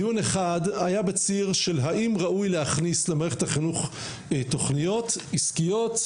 דיון אחד היה בציר של האם ראוי להכניס למערכת החינוך תוכניות עסקיות,